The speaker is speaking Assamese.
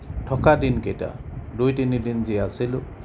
থকা দিনকেইটা দুই তিনিদিন যি আছিলোঁ